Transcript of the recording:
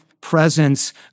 presence